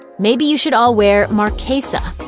maybe you should all wear marchesa.